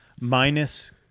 Minus